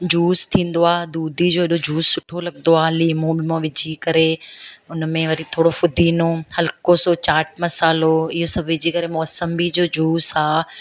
juice थींदो आहे दुधी जो एॾो जूस सुठो लॻंदो आ लीमो वीमो विझी करे उनमें वरी थोरो फुदिनो हल्को सो चाट मसालो इहो सभु विझी करे मौसंबी जो जूस आहे